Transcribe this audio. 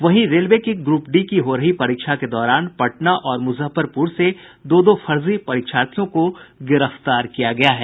वहीं रेलवे की group D की हो रही परीक्षा के दौरान पटना और मुजफ्फरपुर से दो दो फर्जी परीक्षार्थियों को गिरफ्तार किया गया है